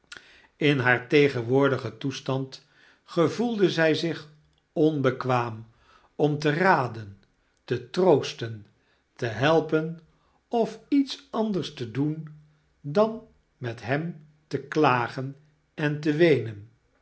in haar tegenwoordigen toestand gevoelde zij zich onbekwaam om te raden te troosten te helpen of iets anders te doen dan met hem te klagen en te weenen